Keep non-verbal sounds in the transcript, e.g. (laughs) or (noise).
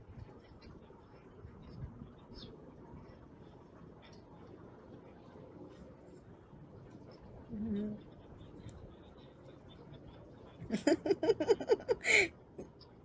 mm (laughs)